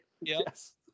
Yes